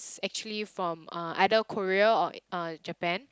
actually from uh either Korea or uh Japan